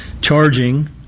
charging